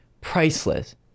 priceless